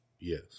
yes